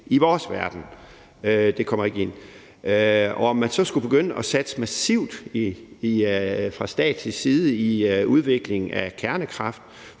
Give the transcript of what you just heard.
i vores verden – det kommer ikke ind. At man så skulle begynde at satse massivt fra statslig side på udvikling af kernekraft,